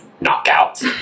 Knockout